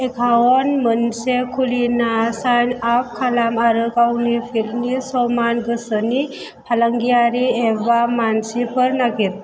account मोनसे खुलिना sign up खालाम आरो गावनि फिल्डनि समान गोसोनि फालांगियारि एबा मानसिफोर नागिर